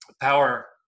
power